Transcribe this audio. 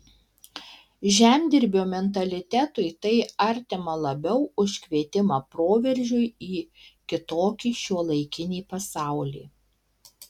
žemdirbio mentalitetui tai artima labiau už kvietimą proveržiui į kitokį šiuolaikinį pasaulį